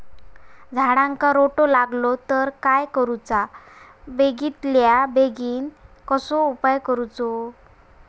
झाडाक रोटो लागलो तर काय करुचा बेगितल्या बेगीन कसलो उपाय करूचो?